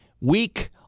weak